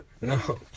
no